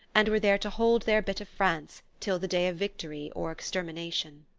and were there to hold their bit of france till the day of victory or extermination.